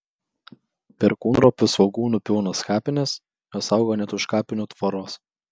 perkūnropių svogūnų pilnos kapinės jos auga net už kapinių tvoros